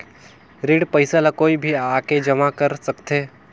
ऋण पईसा ला कोई भी आके जमा कर सकथे?